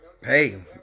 hey